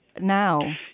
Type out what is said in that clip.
now